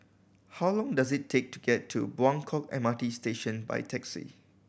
how long does it take to get to Buangkok M R T Station by taxi